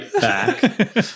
back